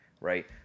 Right